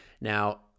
now